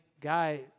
guy